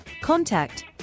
Contact